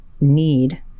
need